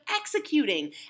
executing